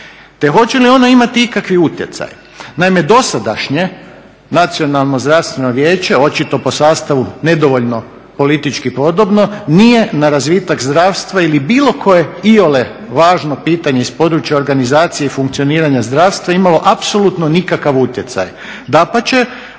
te hoće li ono imati ikakvi utjecaj? Naime, dosadašnje Nacionalno zdravstveno vijeće očito po sastavu nedovoljno politički podobno nije na razvitak zdravstva ili bilo kojeg iole važno pitanje iz područja organizacije i funkcioniranja zdravstva imalo apsolutno nikakav utjecaj. Dapače,